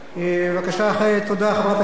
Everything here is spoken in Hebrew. תודה, חברת הכנסת זוארץ.